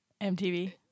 MTV